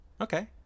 Okay